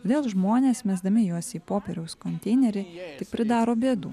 todėl žmonės mesdami juos į popieriaus konteinerį tik pridaro bėdų